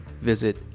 Visit